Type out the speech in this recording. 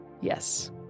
yes